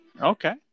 Okay